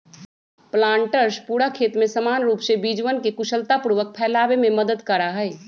planters पूरा खेत में समान रूप से बीजवन के कुशलतापूर्वक फैलावे में मदद करा हई